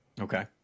Okay